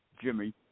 Jimmy